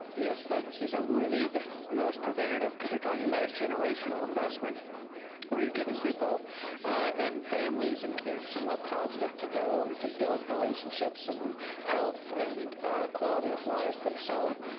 is a, is ah really the most preventative, cause you're talking about a generational investment we're giving people and families and kids somewhere positive to go, and to build relationships and health and quality of life. and so,